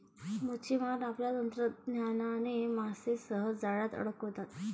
मच्छिमार आपल्या तंत्रज्ञानाने मासे सहज जाळ्यात अडकवतात